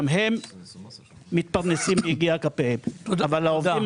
גם הם מתפרנסים מיגיע כפיהם, אבל לעובדים